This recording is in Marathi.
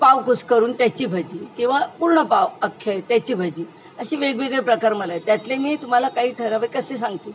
पाव कुस्करून त्याची भजी किंवा पूर्ण पाव अख्खे त्याची भजी अशी वेगवेगळे प्रकार मला त्यातले मी तुम्हाला काही ठराविक असे सांगते